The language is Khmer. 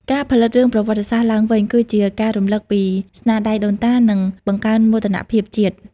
ការផលិតរឿងប្រវត្តិសាស្ត្រឡើងវិញ គឺជាការរំលឹកពីស្នាដៃដូនតា និងបង្កើនមោទនភាពជាតិ។